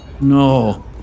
No